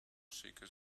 seekers